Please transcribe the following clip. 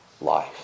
life